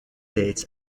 dates